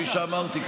אמרתי,